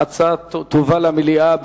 ההצעה תובא למליאה,